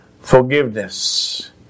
forgiveness